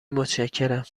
متشکرم